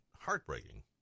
heartbreaking